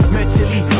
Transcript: Mentally